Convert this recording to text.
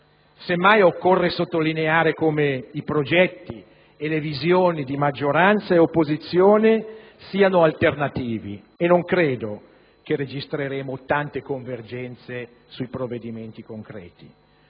semmai, occorre sottolineare come i progetti e le visioni di maggioranza e opposizione siano alternativi, e non credo che registreremo tante convergenze sui provvedimenti concreti;